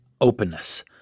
openness